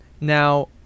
Now